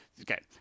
Okay